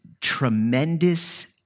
tremendous